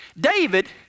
david